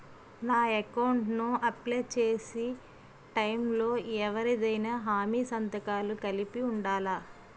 నా అకౌంట్ ను అప్లై చేసి టైం లో ఎవరిదైనా హామీ సంతకాలు కలిపి ఉండలా?